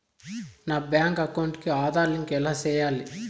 నా bank account కి Aadhaar link ఎలా సేయాలి